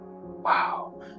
wow